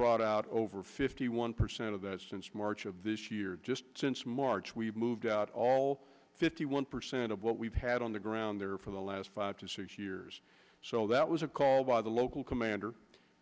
brought out over fifty one percent of that since march of this year just since march we've moved out all fifty one percent of what we've had on the ground there for the last five to six years so that was a call by the local commander